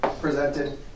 presented